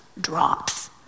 drops